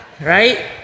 right